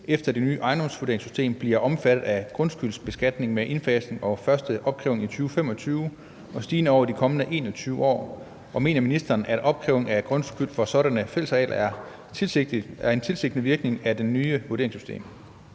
efter det nye ejendomsvurderingssystem bliver omfattet af grundskyldsbeskatningen med indfasning og første opkrævning i 2025 og stigende over de kommende 21 år, og mener ministeren, at opkrævning af grundskyld for sådanne fællesarealer er en tilsigtet virkning af det nye vurderingssystem?